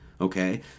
okay